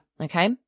Okay